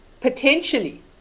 potentially